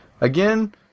Again